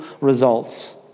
results